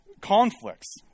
conflicts